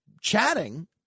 chatting